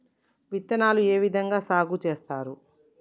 విత్తనాలు ఏ విధంగా సాగు చేస్తారు?